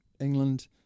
England